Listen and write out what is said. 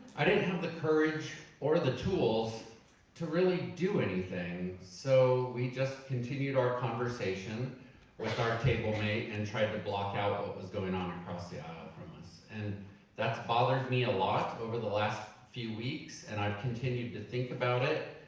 i didn't have the courage or the tools to really do anything. so we just continued our conversation with our table mate, and tried to block out out what was going on across the aisle from us. and that's bothered me a lot over the last few weeks, and i've continued to think about it.